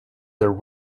their